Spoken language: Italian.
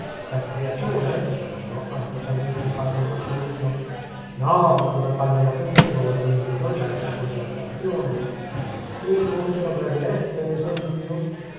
dal creatore domandò argutamente il padre marcellino no dico dal padre anacleto dall'inventore della seconda vocazione che forse lo gradireste l'esempio